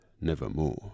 Nevermore